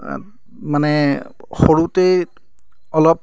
মানে সৰুতেই অলপ